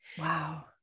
Wow